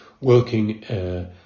working